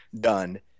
done